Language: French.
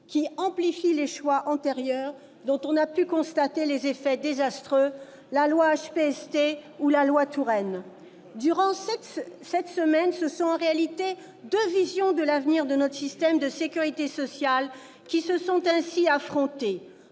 amplifie les choix antérieurs, dont on a pourtant pu constater les effets désastreux, de la loi HPST à la loi Touraine. Durant cette semaine, ce sont en réalité deux visions de l'avenir de notre système de sécurité sociale qui se sont affrontées,